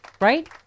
right